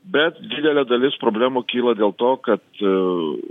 bet didelė dalis problemų kyla dėl to kad